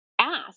Ask